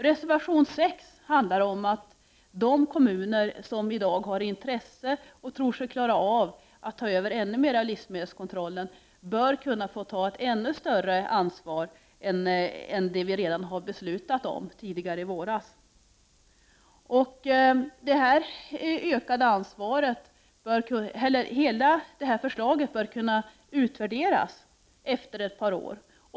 Reservation 6 handlar om att de kommuner som i dag har intresse av och tror sig kunna klara av att ta över en ännu större del av livsmedelskontrollen bör kunna få ta ett ännu större ansvar än det som riksdagen redan har beslutat om tidigare i våras. Hela detta förslag bör kunna utvärderas efter ett par år.